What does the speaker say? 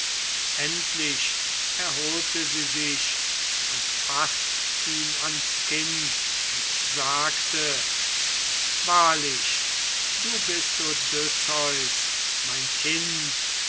endlich erholte sie sich und faßt ihn ans kinn und sagte wahrlich du bist odysseus mein kind